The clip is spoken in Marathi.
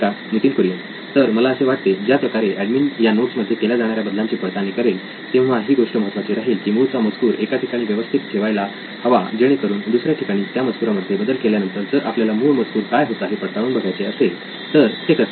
नितीन कुरियन तर मला असे वाटतेज्या प्रकारे एडमिन या नोट्स मध्ये केल्या जाणाऱ्या बदलांची पडताळणी करेल तेव्हा ही गोष्ट महत्त्वाची राहील की मूळचा मजकूर एका ठिकाणी व्यवस्थित ठेवायला हवा जेणेकरून दुसऱ्या ठिकाणी त्या मजकुरामध्ये बदल केल्यानंतर जर आपल्याला मूळ मजकूर काय होता हे पडताळून बघायचे असेल तर ते करता येईल